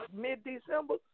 mid-December